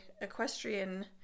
equestrian